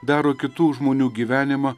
daro kitų žmonių gyvenimą